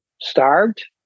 starved